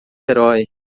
herói